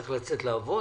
צריך לצאת לעבוד.